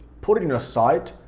put it in your site,